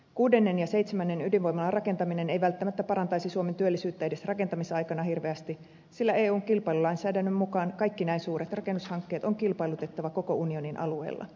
kuudennen ja seitsemännen ydinvoimalan rakentaminen ei välttämättä parantaisi suomen työllisyyttä edes rakentamisaikana hirveästi sillä eun kilpailulainsäädännön mukaan kaikki näin suuret rakennushankkeet on kilpailutettava koko unionin alueella